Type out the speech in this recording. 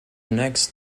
next